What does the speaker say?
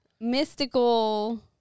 mystical